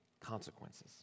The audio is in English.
consequences